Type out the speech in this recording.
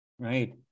right